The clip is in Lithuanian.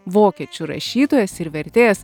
vokiečių rašytojas ir vertėjas